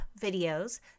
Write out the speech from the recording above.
videos